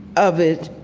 of it,